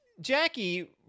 Jackie